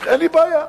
אין לי בעיה.